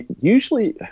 Usually